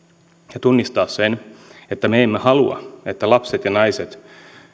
ja tunnistaa sen että me emme halua että lapset ja naiset